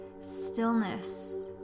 stillness